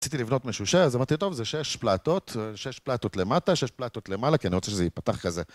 רציתי לבנות משושה... אז אמרתי, טוב, זה שש פלטות, שש פלטות למטה, שש פלטות למעלה, כי אני רוצה שזה ייפתח כזה.